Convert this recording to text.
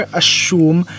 assume